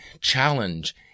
challenge